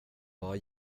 var